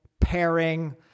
Pairing